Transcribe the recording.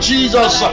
Jesus